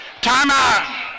Timeout